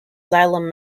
xylem